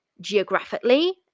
geographically